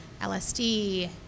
LSD